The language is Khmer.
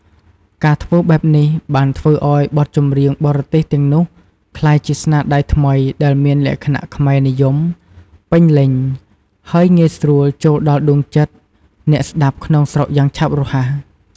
ការធ្វើបែបនេះបានធ្វើឲ្យបទចម្រៀងបរទេសទាំងនោះក្លាយជា ស្នាដៃថ្មីដែលមានលក្ខណៈខ្មែរនិយម ពេញលេញ ហើយងាយស្រួលចូលដល់ដួងចិត្តអ្នកស្តាប់ក្នុងស្រុកយ៉ាងឆាប់រហ័ស។